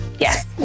Yes